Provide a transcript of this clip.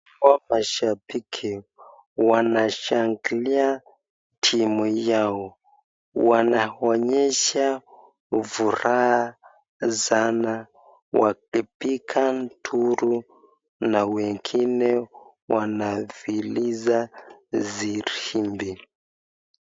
Hawa mashabiki wanashangilia timu yao, wanaonyesha furaha sana wakipiga nduru na wengine wanapuliza firimbi.